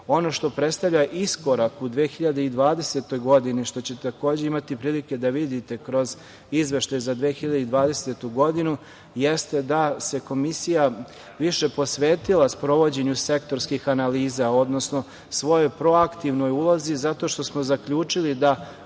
Ono što predstavlja iskorak u 2020. godini, što ćete takođe imati prilike da vidite kroz izveštaj za 2020. godinu, jeste da se Komisija više posvetila sprovođenju sektorskih analiza, odnosno svojoj proaktivnoj ulozi zato što smo zaključili da